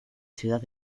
ciudad